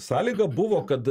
sąlyga buvo kad